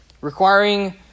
Requiring